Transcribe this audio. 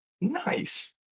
Nice